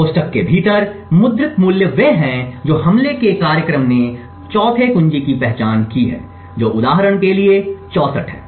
कोष्ठक के भीतर मुद्रित मूल्य वे हैं जो हमले के कार्यक्रम ने चौथे कुंजी की पहचान की है जो उदाहरण के लिए 64 है